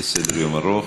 יש סדר-יום ארוך.